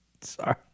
Sorry